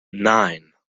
nine